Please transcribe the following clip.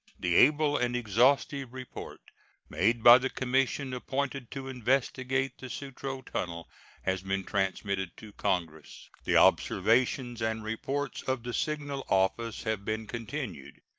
the able and exhaustive report made by the commission appointed to investigate the sutro tunnel has been transmitted to congress. the observations and reports of the signal office have been continued.